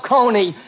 Coney